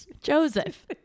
Joseph